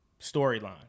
storyline